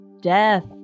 Death